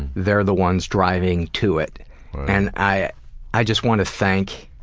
they're the ones driving to it and i i just wanna thank